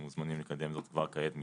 הם מוזמנים לקדם זאת כבר כעת מתקציבם,